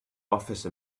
office